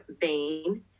vein